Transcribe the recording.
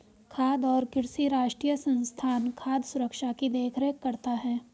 खाद्य और कृषि राष्ट्रीय संस्थान खाद्य सुरक्षा की देख रेख करता है